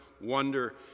wonder